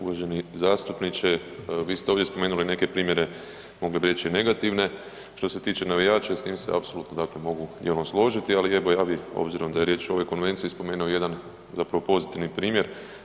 Uvaženi zastupniče vi ste ovdje spomenuli neke primjere mogli bi reći negativne što se tiče navijača i s tim se apsolutno dakle mogu složiti, ali evo ja bi obzirom da je riječ o ovoj konvenciji spomenuo jedan zapravo pozitivan primjer.